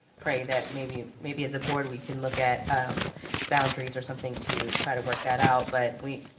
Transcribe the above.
pray that maybe, maybe as a board we can look at boundaries or something to try to work that out but we,